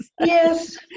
Yes